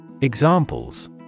Examples